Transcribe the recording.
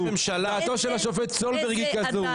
דעתו של השופט סולברג היא כזו.